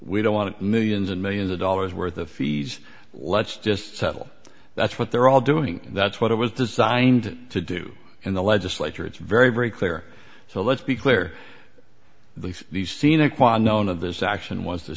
we don't want millions and millions of dollars worth of fees let's just settle that's what they're all doing that's what it was designed to do in the legislature it's very very clear so let's be clear if the scene acquired all of this action was t